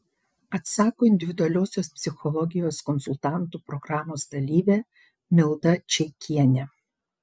atsako individualiosios psichologijos konsultantų programos dalyvė milda čeikienė